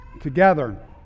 together